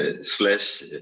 slash